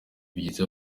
bigize